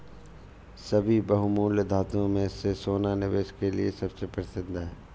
सभी बहुमूल्य धातुओं में से सोना निवेश के लिए सबसे प्रसिद्ध है